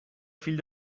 fill